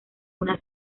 una